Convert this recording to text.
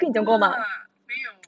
!wah! 没有